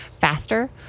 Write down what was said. faster